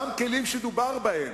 ואותם כלים שדובר בהם,